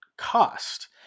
cost